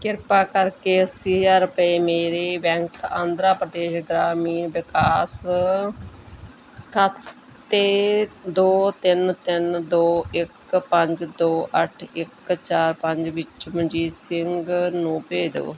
ਕਿਰਪਾ ਕਰਕੇ ਅੱਸੀ ਹਜ਼ਾਰ ਰੁਪਏ ਮੇਰੇ ਬੈਂਕ ਆਂਧਰਾ ਪ੍ਰਦੇਸ਼ ਗ੍ਰਾਮੀਣ ਵਿਕਾਸ ਖਾਤੇ ਦੋ ਤਿੰਨ ਤਿੰਨ ਦੋ ਇੱਕ ਪੰਜ ਦੋ ਅੱਠ ਇੱਕ ਚਾਰ ਪੰਜ ਵਿਚੋਂ ਮਨਜੀਤ ਸਿੰਘ ਨੂੰ ਭੇਜ ਦੇਵੋ